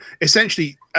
essentially